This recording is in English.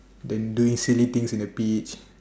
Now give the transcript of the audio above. than doing silly things in the beach